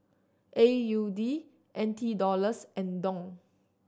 A U D N T Dollars and Dong